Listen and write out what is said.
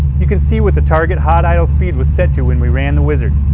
you can see with the target hot idle speed was set to when we ran the wizard.